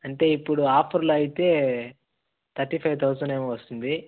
అంటే ఇప్పుడు ఆఫర్లో అయితే థర్టీ ఫైవ్ థౌసండ్ ఏమో వస్తుంది